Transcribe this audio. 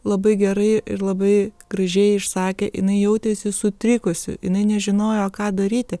labai gerai ir labai gražiai išsakė jinai jautėsi sutrikusi jinai nežinojo ką daryti